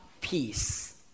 peace